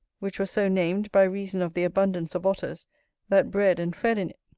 which was so named by reason of the abundance of otters that bred and fed in it.